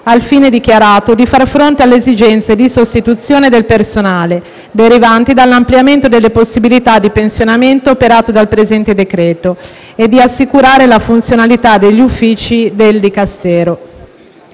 al fine dichiarato di far fronte alle esigenze di sostituzione del personale, derivanti dall'ampliamento delle possibilità di pensionamento operato dal presente decreto e di assicurare la funzionalità degli uffici del Dicastero.